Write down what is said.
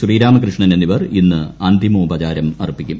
ശ്രീരാമകൃഷ്ണൻ എന്നിവർ ഇന്ന് അന്തിമോപചാരം അർപ്പിക്കും